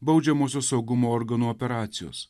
baudžiamosios saugumo organų operacijos